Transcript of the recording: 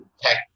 tech